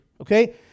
Okay